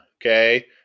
okay